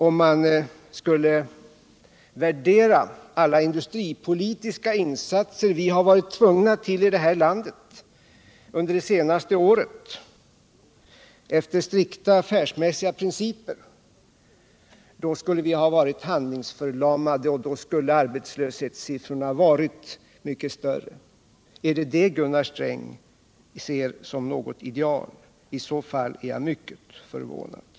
Om man skulle värdera alla industripolitiska insatser vi har varit tvungna att göra i detta land under det senaste året efter strikta affärsmässiga principer, skulle vi ha varit handlingsförlamade, och då skulle arbetslöshetssiffrorna varit mycket större. Är det det Gunnar Sträng ser som något ideal? I så fall är jag mycket förvånad.